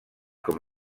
com